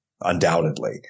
undoubtedly